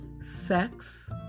Sex